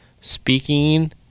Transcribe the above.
Speaking